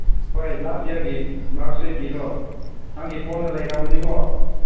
ꯍꯣꯏ ꯂꯥꯁ ꯌꯥꯔꯒꯤ ꯃꯥꯛꯁꯤꯠꯒꯤꯗꯣ ꯅꯪꯒꯤ ꯐꯣꯟꯗ ꯂꯩꯔꯕꯅꯤꯀꯣ